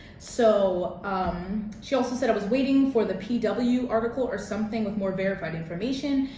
so um she also said i was waiting for the pw pw article or something with more verified information.